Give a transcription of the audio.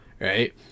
right